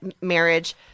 marriage